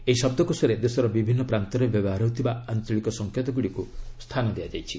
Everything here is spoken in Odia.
ଏହି ଶବ୍ଦକୋଷରେ ଦେଶର ବିଭିନ୍ନ ପ୍ରାନ୍ତରେ ବ୍ୟବହାର ହେଉଥିବା ଆଞ୍ଚଳିକ ସଙ୍କେତଗୁଡ଼ିକୁ ସ୍ଥାନ ଦିଆଯାଇଛି